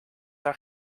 haar